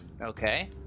Okay